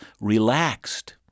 relaxed